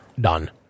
done